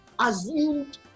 assumed